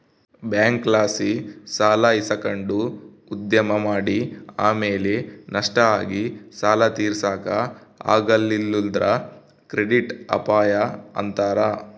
ಬ್ಯಾಂಕ್ಲಾಸಿ ಸಾಲ ಇಸಕಂಡು ಉದ್ಯಮ ಮಾಡಿ ಆಮೇಲೆ ನಷ್ಟ ಆಗಿ ಸಾಲ ತೀರ್ಸಾಕ ಆಗಲಿಲ್ಲುದ್ರ ಕ್ರೆಡಿಟ್ ಅಪಾಯ ಅಂತಾರ